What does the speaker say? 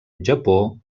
japó